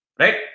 Right